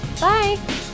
Bye